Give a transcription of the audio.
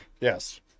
Yes